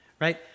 right